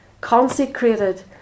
consecrated